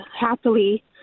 happily